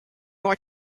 more